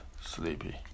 sleepy